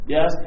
Yes